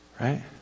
Right